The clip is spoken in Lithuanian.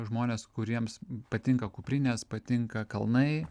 žmonės kuriems patinka kuprinės patinka kalnai